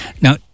Now